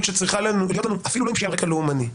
שצריכה להיות אפילו לא פשיעה על רקע לאומני,